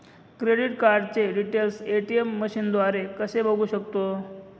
Credit कार्डचे details ATM मशीनद्वारे कसे बघू शकतो?